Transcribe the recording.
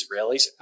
Israelis